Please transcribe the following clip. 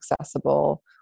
accessible